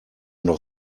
noch